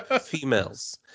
females